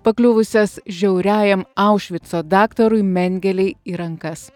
pakliuvusias žiauriajam aušvico daktarui mengėlei į rankas